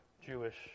Jewish